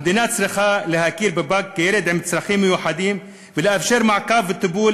המדינה צריכה להכיר בפג כילד עם צרכים מיוחדים ולאפשר מעקב וטיפול